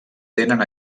tenen